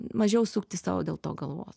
mažiau sukti sau dėl to galvos